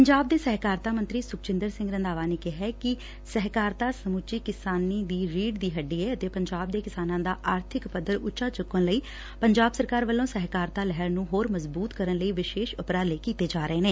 ਪੰਜਾਬ ਦੇ ਸਹਿਕਾਰਤਾ ਮੰਤਰੀ ਸੁਖਜਿੰਦਰ ਸਿੰਘ ਰੰਧਾਵਾ ਨੇ ਕਿਹੈ ਕਿ ਸਹਿਕਾਰਤਾ ਸਮੁੱਚੀ ਕਿਸਾਨੀ ਦੀ ਰੀਤ੍ਹ ਦੀ ਹੱਡੀ ਏ ਅਤੇ ਪੰਜਾਬ ਦੇ ਕਿਸਾਨਾਂ ਦਾ ਆਰਥਿਕ ਪੱਧਰ ਉਚਾ ਚੁੱਕਣ ਲਈ ਪੰਜਾਬ ਸਰਕਾਰ ਵੱਲੋ ਸਹਿਕਾਰਤਾ ਲਹਿਰ ਨੂੰ ਹੋਰ ਮਜ਼ਬੂਤ ਕਰਨ ਲਈ ਵਿਸ਼ੇਸ ਉਪਰਾਲੇ ਕੀਤੇ ਜਾ ਰਹੇ ਨੇ